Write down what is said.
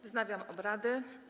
Wznawiam obrady.